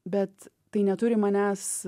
bet tai neturi manęs